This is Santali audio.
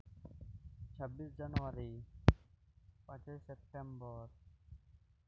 ᱪᱷᱟᱵᱵᱤᱥ ᱡᱟᱱᱩᱣᱟᱨᱤ ᱯᱟᱸᱪᱮᱭ ᱥᱮᱯᱴᱮᱢᱵᱚᱨ